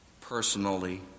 personally